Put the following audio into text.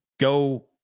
Go